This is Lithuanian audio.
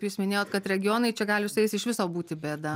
jūs minėjot kad regionai čia gali su jais iš viso būti bėda